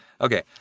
Okay